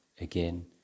again